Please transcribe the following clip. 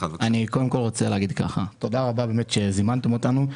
תודה רבה שזימנתם אותנו.